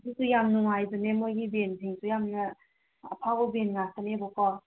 ꯑꯗꯨꯁꯨ ꯌꯥꯝ ꯅꯨꯡꯉꯥꯏꯕꯅꯦ ꯃꯈꯣꯏꯒꯤ ꯕꯦꯟꯁꯤꯡꯁꯨ ꯌꯥꯝꯅ ꯑꯐꯥꯎꯕ ꯕꯦꯟ ꯉꯥꯛꯇꯅꯦꯕꯀꯣ